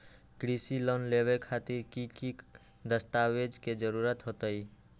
कृषि लोन लेबे खातिर की की दस्तावेज के जरूरत होतई?